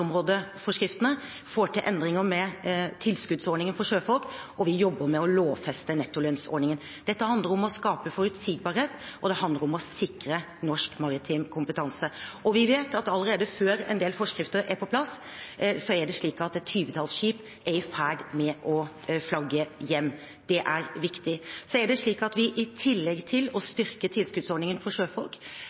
får til endringer med tilskuddsordningen for sjøfolk, og vi jobber med å lovfeste nettolønnsordningen. Dette handler om å skape forutsigbarhet, og det handler om å sikre norsk maritim kompetanse. Vi vet at allerede før en del forskrifter er på plass, er det slik at et tjuetalls skip er i ferd med å flagge hjem. Det er viktig. Så er det slik at vi i tillegg til å styrke tilskuddsordningen for sjøfolk